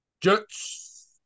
Jets